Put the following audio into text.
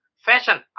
fashion